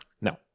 No